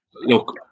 look